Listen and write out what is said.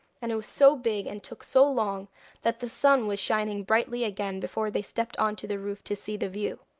and it was so big and took so long that the sun was shining brightly again before they stepped on to the roof to see the view.